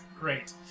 Great